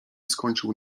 skończył